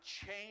change